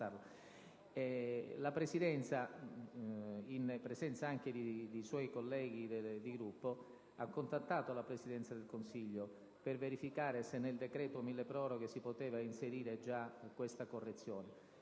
La Presidenza, in presenza anche di suoi colleghi di Gruppo, ha contattato la Presidenza del Consiglio per verificare se nel decreto milleproroghe si potesse già inserire questa correzione,